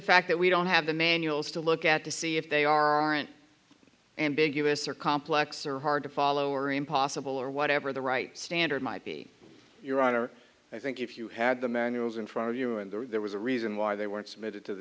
fact that we don't have the manuals to look at to see if they aren't ambiguous or complex or hard to follow or impossible or whatever the right standard might be your honor i think if you had the manuals in front of you and there was a reason why they weren't submitted to the